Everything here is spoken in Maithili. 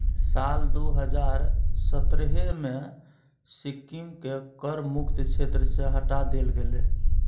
साल दू हजार सतरहे मे सिक्किमकेँ कर मुक्त क्षेत्र सँ हटा देल गेलै